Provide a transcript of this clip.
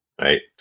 right